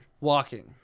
walking